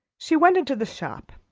she went into the shop.